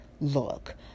look